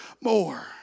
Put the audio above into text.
more